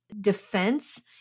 Defense